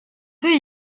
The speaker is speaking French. peut